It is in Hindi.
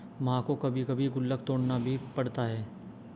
मां को कभी कभी गुल्लक तोड़ना भी पड़ता है